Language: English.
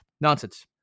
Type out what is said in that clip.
nonsense